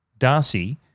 Darcy